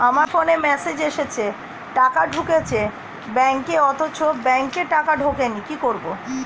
আমার ফোনে মেসেজ এসেছে টাকা ঢুকেছে ব্যাঙ্কে অথচ ব্যাংকে টাকা ঢোকেনি কি করবো?